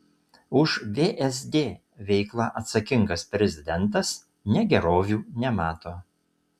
už vsd veiklą atsakingas prezidentas negerovių nemato